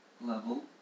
level